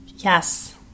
Yes